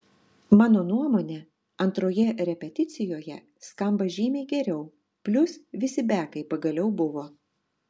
mano nuomone antroje repeticijoje skamba žymiai geriau plius visi bekai pagaliau buvo